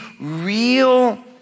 real